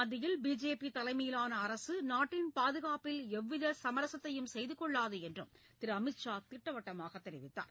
மத்தியில் பிஜேபி தலைமையிலான அரசு நாட்டின் பாதுகாப்பில் எவ்வித சமரசத்தையும் செய்து கொள்ளாது என்று திரு அமித் ஷா திட்டவட்டமாக தெரிவித்தார்